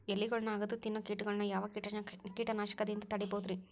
ಎಲಿಗೊಳ್ನ ಅಗದು ತಿನ್ನೋ ಕೇಟಗೊಳ್ನ ಯಾವ ಕೇಟನಾಶಕದಿಂದ ತಡಿಬೋದ್ ರಿ?